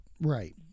Right